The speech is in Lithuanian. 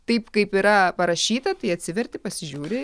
taip kaip yra parašyta tai atsiverti pasižiūri